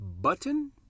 button